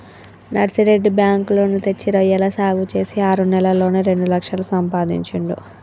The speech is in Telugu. నర్సిరెడ్డి బ్యాంకు లోను తెచ్చి రొయ్యల సాగు చేసి ఆరు నెలల్లోనే రెండు లక్షలు సంపాదించిండు